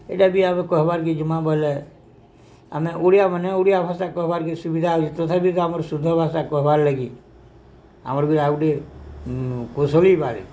ଇ'ଟା ବି ଆମେ କହେବାର୍କେ ଆମେ ଯିମାବେଲେ ଆମେ ଓଡ଼ିଆ ମାନେ ଓଡ଼ିଆ ଭାଷା କହେବାର୍କେ ସୁବିଧା ହଉଛି ତଥାପି ତ ଆମର୍ ଶୁଦ୍ଧ ଭାଷା କହେବାର୍ ଲାଗି ଆମର୍ ବି ଆଉଗୁଟେ